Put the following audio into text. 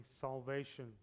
salvation